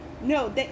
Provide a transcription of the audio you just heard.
no